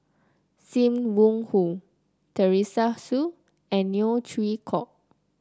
Sim Wong Hoo Teresa Hsu and Neo Chwee Kok